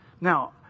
Now